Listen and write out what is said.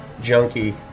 junkie